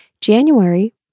January